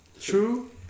True